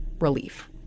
relief